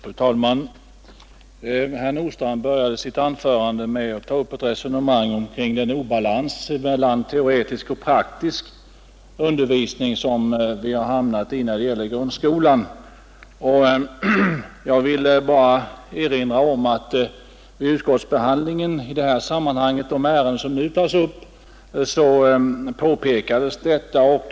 Fru talman! Herr Nordstrandh började sitt anförande med att ta upp ett resonemang kring den obalans mellan teoretisk och praktisk undervis ning som vi har hamnat i när det gäller grundskolan. Jag vill bara erinra om att vid utskottsbehandlingen av de ärenden som nu tas upp påpekades detta.